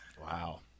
Wow